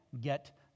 get